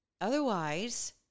Otherwise